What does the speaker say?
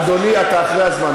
אדוני, אתה אחרי הזמן.